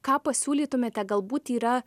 ką pasiūlytumėte galbūt yra